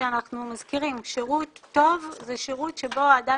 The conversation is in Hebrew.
כשאנחנו מזכירים ששירות טוב זה שירות שבו האדם